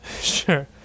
Sure